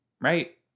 right